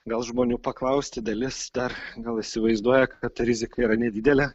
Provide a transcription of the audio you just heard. gal žmonių paklausti dalis dar gal įsivaizduoja kad ta rizika yra nedidelė